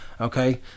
okay